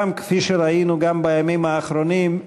כפי שראינו גם בימים האחרונים,